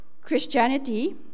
Christianity